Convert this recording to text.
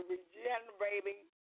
Regenerating